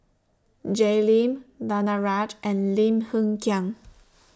Jay Lim Danaraj and Lim Hng Kiang